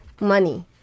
money